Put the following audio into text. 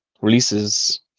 releases